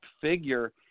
figure